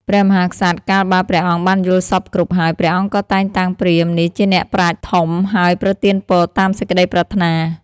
ព្រះមហាក្សត្រ កាលបើព្រះអង្គបានយល់សព្វគ្រប់ហើយ ព្រះអង្គក៏តែងតាំងព្រាហ្មណ៍នេះជាអ្នកប្រាជ្ញធំ ហើយប្រទានពរតាមសេចក្តីប្រាថ្នា ។